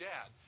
Dad